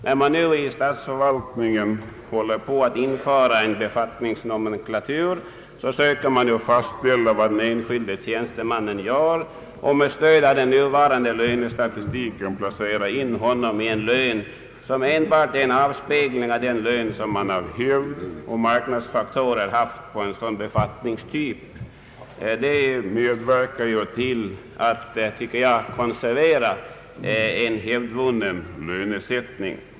När man nu i statsförvaltningen håller på att införa en befattningsnomenklatur, söker man fastställa vad den enskilde tjänstemannen gör och med stöd av den nuvarande lönestatistiken ge honom en lön som enbart är en avspegling av den lön man av hävd och enligt marknadsfaktorer haft på en sådan befattningstyp. Detta medverkar till att konservera en hävdvunnen lönesättning.